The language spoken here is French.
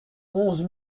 onze